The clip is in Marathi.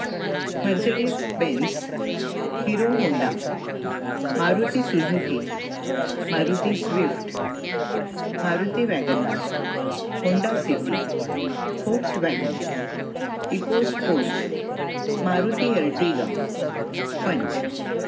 Mercedes Benz Hero Honda Maruti Suzuki Maruti Swift Maruti WagonR Honda City होक्स वॅगन इकोस्पोर्ट्स मारुती अर्टिगा पंच